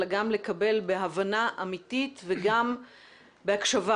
אלא גם לקבל בהבנה אמיתית וגם בהקשבה